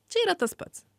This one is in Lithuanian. čia yra tas pats